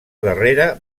darrera